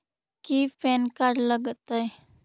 की PAN card लग तै?